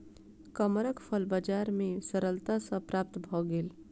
कमरख फल बजार में सरलता सॅ प्राप्त भअ गेल